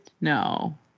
No